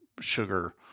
sugar